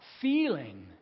feeling